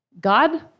God